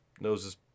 noses